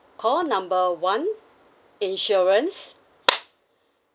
call number one insurance